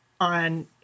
on